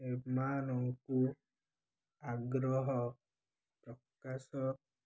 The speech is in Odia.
ଏମାନଙ୍କୁ ଆଗ୍ରହ ପ୍ରକାଶ